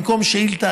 במקום שאילתה,